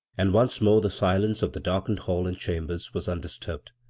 and once more the silence of the darkened hall and chambers was undisturbed.